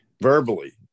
verbally